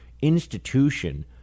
institution